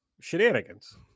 shenanigans